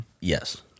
Yes